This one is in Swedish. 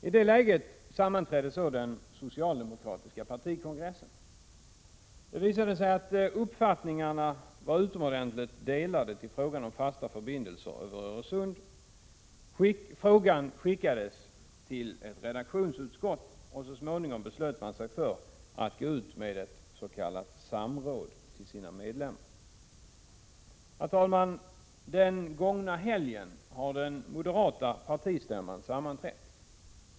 I det läget sammanträdde så den socialdemokratiska partikongressen. Det visade sig att uppfattningarna var utomordentligt delade i fråga om fasta förbindelser över Öresund. Frågan skickades till ett redaktionsutskott, och så småningom beslöt man sig för att gå ut med ett s.k. samråd till sina medlemmar. Herr talman! Den gångna helgen har den moderata partistämman sammanträtt.